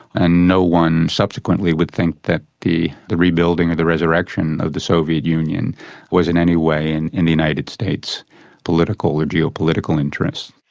and no one subsequently would think that the the rebuilding or the resurrection of the soviet union was in any way in in the united states' political or geopolitical interest.